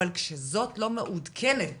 אבל כשזו לא מעודכנת